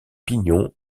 pignons